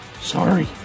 Sorry